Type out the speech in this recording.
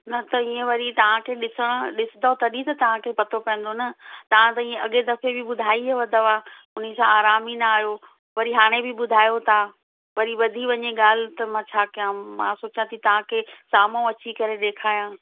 न त ईअं वरी तव्हांखे ॾिसणु ॾिसंदो तॾहिं त तव्हांखे पतो पवंदो न तव्हां त ईअं अॻिए दफ़े बि ॿुधाई हुयव दवा उनसां आराम ई न आयो वरी हाणे बि ॿुधायो था वरी वधी वञे ॻाल्हि त मां छा कया मां सोचा थी तव्हांखे साम्हूं अची करे ॾेखारियां